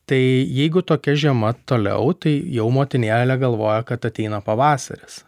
tai jeigu tokia žiema toliau tai jau motinėlė galvoja kad ateina pavasaris